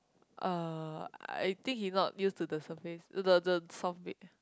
uh I think he not used to the surface the the soft bed